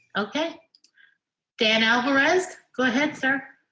okay dan alvarez go ahead sir.